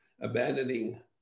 abandoning